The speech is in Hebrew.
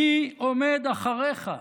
מי עומד מאחוריך?